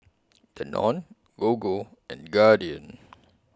Danone Gogo and Guardian